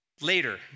later